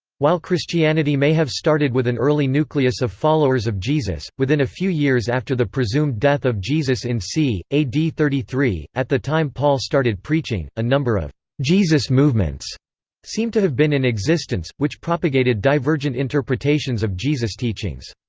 while christianity may have started with an early nucleus of followers of jesus, within a few years after the presumed death of jesus in c. ad thirty three, at the time paul started preaching, a number of jesus-movements seem to have been in existence, which propagated divergent interpretations of jesus' teachings.